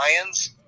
Lions